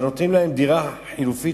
אבל נותנים להן דירה חלופית,